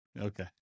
Okay